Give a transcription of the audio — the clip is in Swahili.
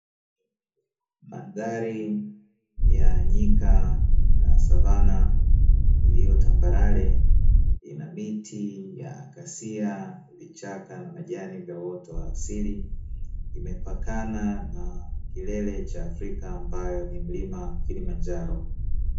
Mandhari ya nyika ya savana iliyotambarare ina miti ya kasia, vichaka na majani vya uoto wa asili, imepakana na kilele cha Afrika ambayo ni mlima kilimanjaro.